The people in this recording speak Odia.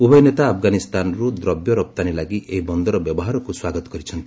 ଉଭୟ ନେତା ଆଫଗାନିସ୍ତାନରୁ ଦ୍ରବ୍ୟ ରପ୍ତାନୀ ଲାଗି ଏହି ବନ୍ଦର ବ୍ୟବହାରକୁ ସ୍ୱାଗତ କରିଛନ୍ତି